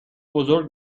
بزرگ